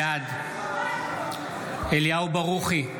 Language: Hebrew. בעד אליהו ברוכי,